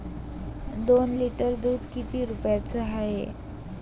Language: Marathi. दोन लिटर दुध किती रुप्याचं हाये?